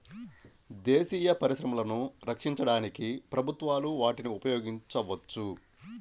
దేశీయ పరిశ్రమలను రక్షించడానికి ప్రభుత్వాలు వాటిని ఉపయోగించవచ్చు